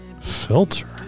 Filter